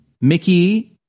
Mickey